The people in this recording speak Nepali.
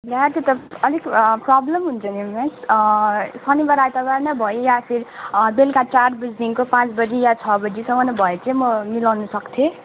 ला त्यो त अलिक प्रोब्लम हुन्छ नि मिस शनिबार आइतबार नै भए या फिर बेलुका चार बजीदेखिको पाँच बजी या छ बजीसम्म भए चाहिँ म मिलाउनु सक्थेँ